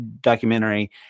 documentary